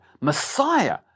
Messiah